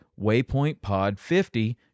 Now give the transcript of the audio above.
WaypointPod50